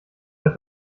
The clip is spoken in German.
der